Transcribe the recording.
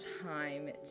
time